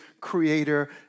creator